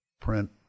print